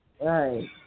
Right